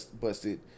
busted